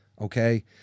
okay